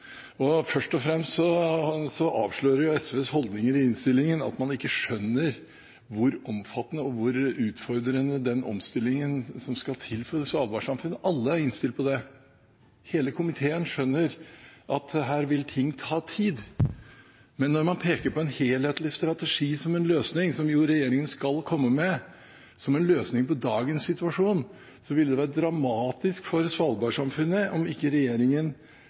Først og fremst avslører SVs holdninger i innstillingen at man ikke skjønner hvor omfattende og utfordrende den omstillingen som skal til for Svalbard-samfunnet, er. Alle er innstilt på det. Hele komiteen skjønner at her vil ting ta tid. Når man peker på en helhetlig strategi, som regjeringen skal komme med, som en løsning på dagens situasjon, ville det være dramatisk for Svalbard-samfunnet om ikke regjeringen